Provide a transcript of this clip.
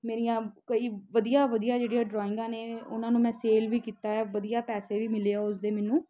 ਮੇਰੀਆਂ ਕਈ ਵਧੀਆ ਵਧੀਆ ਜਿਹੜੀਆਂ ਡਰੋਇੰਗਾਂ ਨੇ ਉਹਨਾਂ ਨੂੰ ਮੈਂ ਸੇਲ ਵੀ ਕੀਤਾ ਹੈ ਵਧੀਆ ਪੈਸੇ ਵੀ ਮਿਲੇ ਆ ਉਸ ਦੇ ਮੈਨੂੰ